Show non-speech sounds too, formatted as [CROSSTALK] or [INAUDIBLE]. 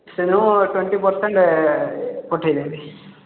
[UNINTELLIGIBLE] twenty percent ପଠାଇ ଦେବେ